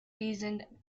reasoned